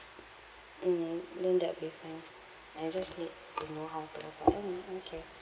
mm then that will be fine I just need to know how to apply mmhmm okay